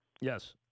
Yes